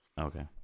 Okay